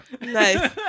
Nice